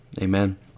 Amen